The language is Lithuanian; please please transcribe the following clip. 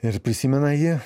ir prisimena jį